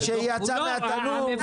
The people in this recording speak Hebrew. מורגנשטרן,